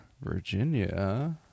Virginia